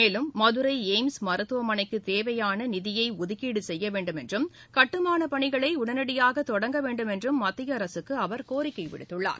மேலும் மதுரை எய்ம்ஸ் மருத்துவமனைக்கு தேவையான நிதியை ஒதுக்கீடு செய்ய வேண்டும் என்றும் கட்டுமானப் பணிகளை உடனடியாக தொடங்க வேண்டும் என்றும் மத்திய அரசுக்கு அவர் கோரிக்கை விடுத்துள்ளார்